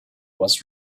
was